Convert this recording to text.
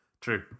True